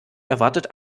erwartet